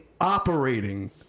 operating